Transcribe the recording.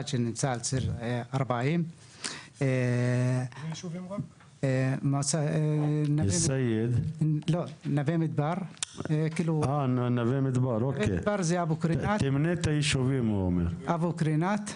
שנמצא על ציר 40. מדובר ביישובים אבו קרינאת,